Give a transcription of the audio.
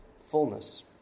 fullness